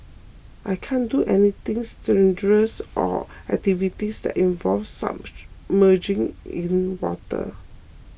I can't do anything strenuous or activities that involve submerging in water